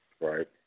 right